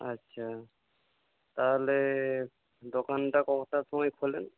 আচ্ছা তাহলে দোকানটা কটার সময় খোলেন